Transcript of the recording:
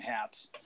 hats